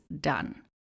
done